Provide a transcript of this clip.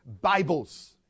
Bibles